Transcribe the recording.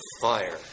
fire